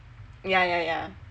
yah yah yah